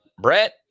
Brett